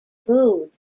food